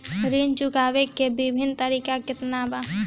ऋण चुकावे के विभिन्न तरीका केतना बा?